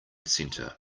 center